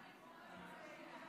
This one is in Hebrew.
הקולות.